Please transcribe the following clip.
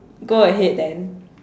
go ahead then